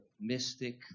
mystic